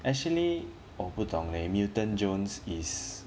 actually 我不懂 leh milton jones is